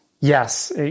Yes